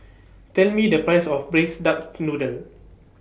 Tell Me The Price of Braised Duck Noodle